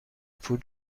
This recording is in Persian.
پول